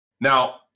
Now